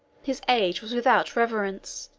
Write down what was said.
his age was without reverence